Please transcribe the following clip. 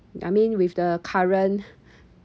I mean with the current